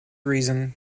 reason